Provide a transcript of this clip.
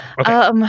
Okay